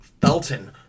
Felton